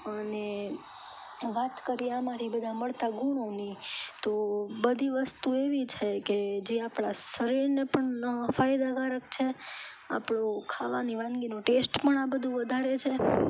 અને વાત કરીએ આમાંથી મળતા બધાં ગુણોની તો બધી વસ્તુ એવી છે કે જે આપણા શરીરને પણ ફાયદાકારક છે આપણું ખાવાની વાનગીનો ટેસ્ટ પણ આ બધું વધારે છે